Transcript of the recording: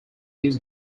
this